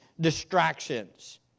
distractions